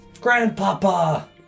Grandpapa